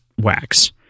wax